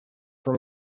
from